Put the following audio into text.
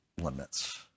limits